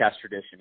tradition